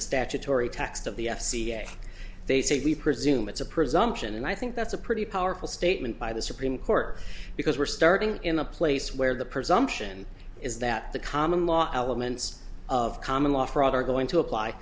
the statutory text of the f c a they say we presume it's a presumption and i think that's a pretty powerful statement by the supreme court because we're starting in a place where the presumption is that the common law elements of common law fraud are going to apply